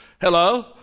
Hello